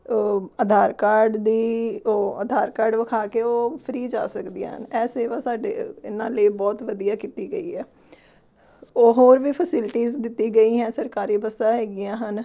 ਆਧਾਰ card ਦੀ ਉਹ Aadhaar card ਵਿਖਾ ਕੇ ਉਹ ਫਰੀ ਜਾ ਸਕਦੀਆਂ ਹਨ ਐਹ ਸੇਵਾ ਸਾਡੇ ਇਹਨਾਂ ਲਈ ਬਹੁਤ ਵਧੀਆ ਕੀਤੀ ਗਈ ਹੈ ਉਹ ਹੋਰ ਵੀ ਫੈਸਿਲਿਟੀਜ਼ ਦਿੱਤੀ ਗਈ ਹੈ ਸਰਕਾਰੀ ਬੱਸਾਂ ਹੈਗੀਆਂ ਹਨ